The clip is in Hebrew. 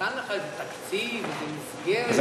ניתן לך איזה תקציב, איזה מסגרת, משהו?